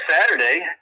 Saturday